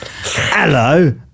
Hello